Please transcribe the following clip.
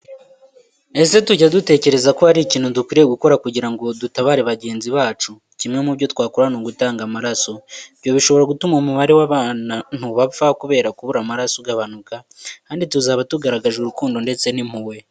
Ese tujya dutekereza ko hari ikintu dukwiriye gukora kugira ngo dutabare bagenzi bacu? Kimwe mu byo twakora ni ugutanga amaraso. Ibyo bishobora gutuma umubare w'abantu bapfa kubera kubura amaraso ugabanuka. Kandi tuzaba tugaragaje urukundo ndetse n'impuhwe